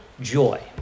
joy